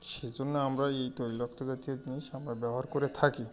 সেই জন্য আমরা এই তৈলাক্ত জাতীয় জিনিস আমরা ব্যবহার করে থাকি